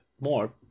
more